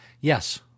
Yes